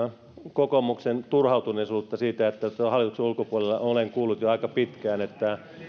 kokoomuksen turhautuneisuutta siitä että olette hallituksen ulkopuolella olen kuullut jo aika pitkään